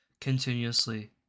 continuously